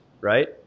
right